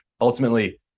ultimately